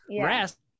rest